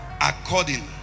according